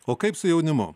o kaip su jaunimu